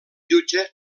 jutge